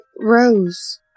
Rose